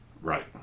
Right